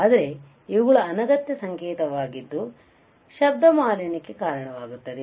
ಆದರೆ ಇವುಗಳು ಅನಗತ್ಯ ಸಂಕೇತವಾಗಿದ್ದು ಶಬ್ದ ಮಾಲಿನ್ಯಕ್ಕೆ ಕಾರಣವಾಗುತ್ತದೆ